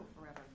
forever